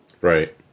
right